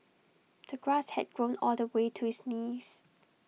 the grass had grown all the way to his knees